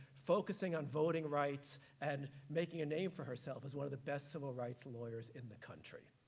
focusing on voting rights and making a name for herself as one of the best civil rights lawyers in the country.